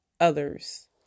others